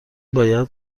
باید